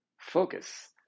focus